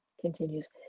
continues